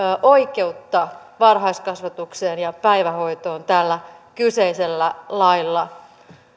oikeutta varhaiskasvatukseen ja päivähoitoon tällä kyseisellä lailla